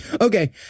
Okay